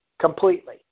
completely